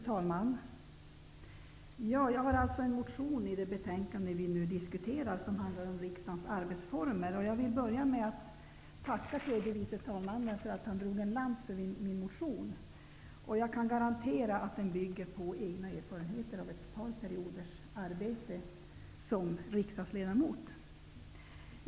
Fru talman! Jag har väckt en motion om riksdagens arbetsformer, vilken behandlas i det betänkande som nu diskuteras. Jag vill börja med att tacka tredje vice talmannen för att han drog en lans för min motion. Jag kan garantera att den bygger på egna erfarenheter av arbetet som riksdagsledamot.